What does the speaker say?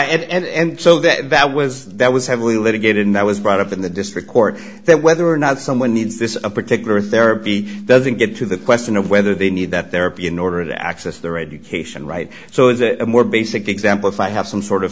yeah and so that was that was heavily litigated and i was brought up in the district court that whether or not someone needs this particular therapy doesn't get to the question of whether they need that there be in order to access their education right so is it a more basic example if i have some sort of